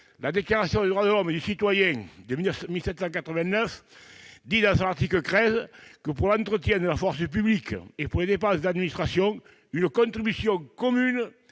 la Déclaration des droits de l'homme et du citoyen de 1789 dispose, à son article 13 :« Pour l'entretien de la force publique, et pour les dépenses d'administration, une contribution commune